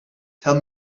tell